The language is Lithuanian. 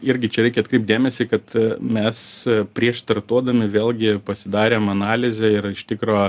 irgi čia reikia atkreipt dėmesį kad mes prieš startuodami vėlgi pasidarėm analizę ir iš tikro